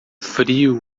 frio